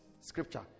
scripture